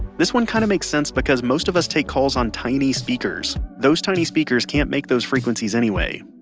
this one kind of makes sense because most of us take calls on tiny speakers. those tiny speakers can't make those frequencies anyway.